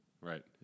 right